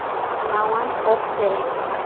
ᱱᱟᱣᱟᱱ ᱯᱚᱯ ᱥᱮᱨᱮᱧ